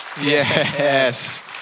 Yes